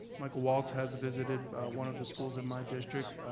michael waltz has visited one of the schools in my district.